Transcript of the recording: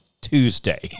Tuesday